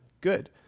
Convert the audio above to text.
good